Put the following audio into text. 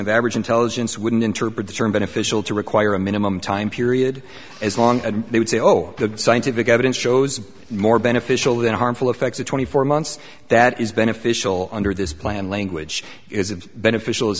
of average intelligence wouldn't interpret the term beneficial to require a minimum time period as long as they would say oh the scientific evidence shows more beneficial than harmful effects of twenty four months that is beneficial under this plan language is beneficial i